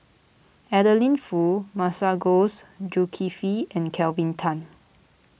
Adeline Foo Masagos Zulkifli and Kelvin Tan